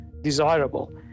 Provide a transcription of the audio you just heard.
desirable